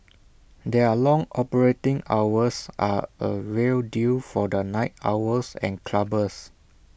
their long operating hours are A real deal for the night owls and clubbers